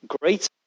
Great